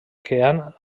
que